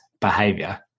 behavior